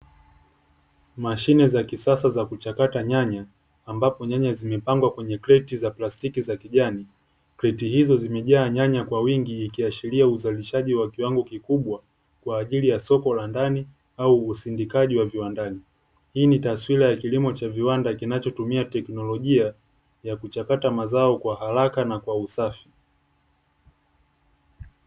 Mashine za kisasa za kuchakata nyanya ambapo nyanya zimepangwa kwenye kreti za plastiki za kijani kreti hizo zimejaa nyanya kwa wingi, kiashilia uzalishaji wa kiwango kikubwa kwa ajili ya soko la ndani au usindikaji wa viwandani hii ni taswira ya kilimo cha viwanda kinachotumia teknolojia ya kuchakata mazao kwa haraka na kwa usafi.